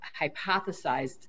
hypothesized